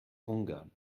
ungarn